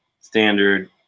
standard